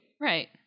Right